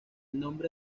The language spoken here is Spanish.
nombre